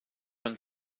man